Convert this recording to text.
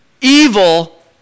evil